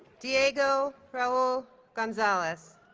diego raul gonzalez